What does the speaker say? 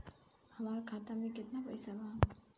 हमार खाता में केतना पैसा बा?